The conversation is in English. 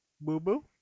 Boo-boo